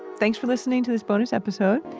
thanks for listening to this bonus episode.